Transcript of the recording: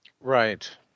Right